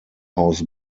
haus